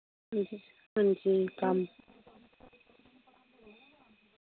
हां जी हां जी कम्म